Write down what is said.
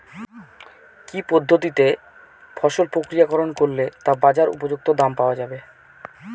কি পদ্ধতিতে ফসল প্রক্রিয়াকরণ করলে তা বাজার উপযুক্ত দাম পাওয়া যাবে?